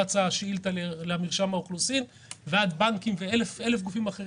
ועוד מאות גופים,